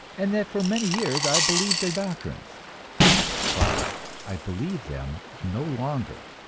and that for many years i believed their doctrines but i believe them no longer.